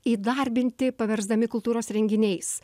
įdarbinti paversdami kultūros renginiais